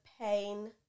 pain